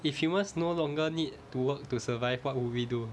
if humans no longer need to work to survive what would we do